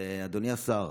אדוני השר,